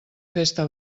festa